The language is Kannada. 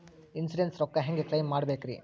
ಇನ್ಸೂರೆನ್ಸ್ ರೊಕ್ಕ ಹೆಂಗ ಕ್ಲೈಮ ಮಾಡ್ಬೇಕ್ರಿ?